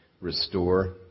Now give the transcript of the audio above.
restore